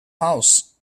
house